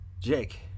Jake